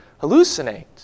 hallucinate